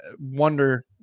wonder